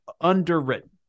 underwritten